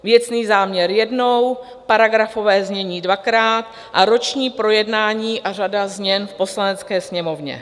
Věcný záměr jednou, paragrafové znění dvakrát a roční projednání a řada změn v Poslanecké sněmovně.